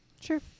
Sure